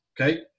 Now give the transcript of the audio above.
Okay